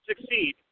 succeed